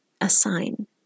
assign